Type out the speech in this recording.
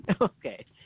Okay